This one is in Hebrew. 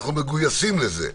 אנחנו מגויסים לזה,